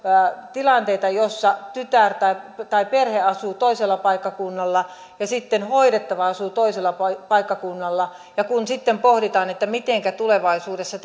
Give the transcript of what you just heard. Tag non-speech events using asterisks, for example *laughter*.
tilanteita joissa tytär tai perhe asuu toisella paikkakunnalla ja sitten hoidettava asuu toisella paikkakunnalla ja kun sitten pohditaan mitenkä tulevaisuudessa *unintelligible*